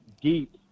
Deep